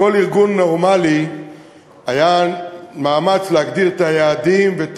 בכל ארגון נורמלי היה מאמץ להגדיר את היעדים ואת